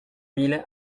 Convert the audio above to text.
mille